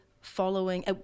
following